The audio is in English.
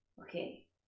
okay